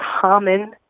common